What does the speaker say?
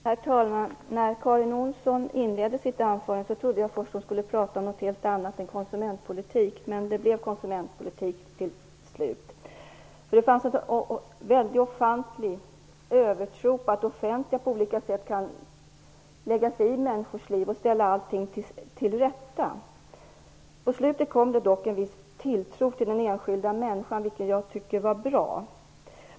Herr talman! När Karin Olsson inledde sitt anförande trodde jag först att hon skulle prata om något helt annat än konsumentpolitik, men det blev konsumentpolitik till slut. Det fanns en ofantlig övertro på att det offentliga på olika sätt kan lägga sig i människors liv och ställa allting till rätta. På slutet kom det dock en viss tilltro till den enskilda människan, vilket jag tycker var bra.